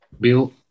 Bill